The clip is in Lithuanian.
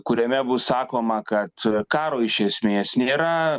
kuriame bus sakoma kad karo iš esmės nėra